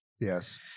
Yes